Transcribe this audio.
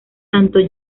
tanto